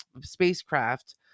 spacecraft